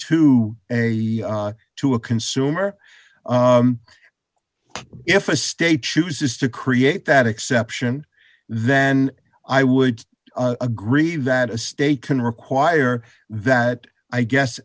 a to a consumer if a state chooses to create that exception then i would agree that a state can require that i guess